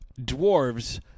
dwarves